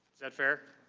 is that fair?